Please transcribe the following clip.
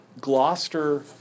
Gloucester